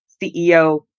CEO